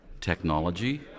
technology